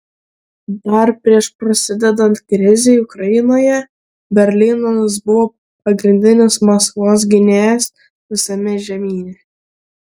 dar prieš prasidedant krizei ukrainoje berlynas buvo pagrindinis maskvos gynėjas visame žemyne